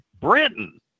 Britain